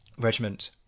regiment